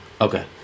Okay